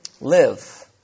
live